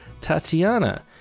Tatiana